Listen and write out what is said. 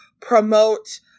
promote